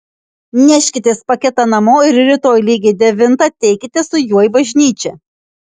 neškitės paketą namo ir rytoj lygiai devintą ateikite su juo į bažnyčią